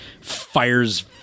fires